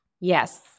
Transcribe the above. Yes